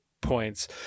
points